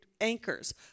Anchors